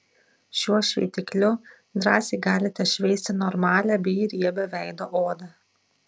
šiuo šveitikliu drąsiai galite šveisti normalią bei riebią veido odą